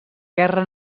guerra